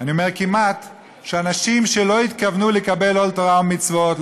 אני אומר "כמעט" שאנשים שלא התכוונו לקבל עול תורה ומצוות,